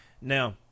now